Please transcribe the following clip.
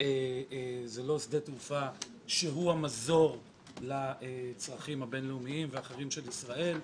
זה לא שדה תעופה שהוא המזור לצרכים הבין-לאומיים והאחרים של ישראל.